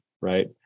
right